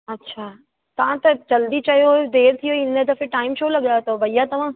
अच्छा तव्हां त जल्दी चयो हुओ देर थी वेई हिन दफ़े टाइम छो लॻायो अथव भैया तव्हां